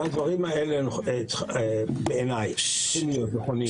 הדברים האלה בעיניי צריכים להיות נכונים